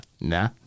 Nah